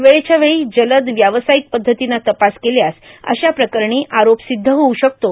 वेळव्या वेळी जलद व्यावसायिक पद्धतीनं तपास केल्यास अशा प्रकरणी आरोपसिद्ध होऊ शकतो